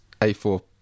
a4